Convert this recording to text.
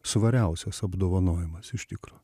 svariausias apdovanojimas iš tikro